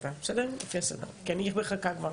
איתמר.